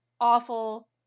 awful